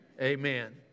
amen